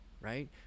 right